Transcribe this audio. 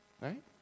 Right